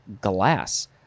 glass